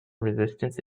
resistance